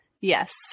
Yes